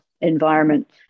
environment